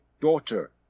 daughter